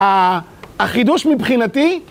החידוש מבחינתי...